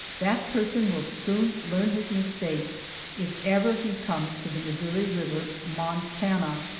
that person will soon learn his mistake if ever he comes to the missouri river, montana!